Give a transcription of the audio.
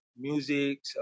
music